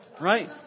right